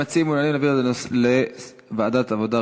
המציעים מעוניינים להעביר את זה לוועדת העבודה,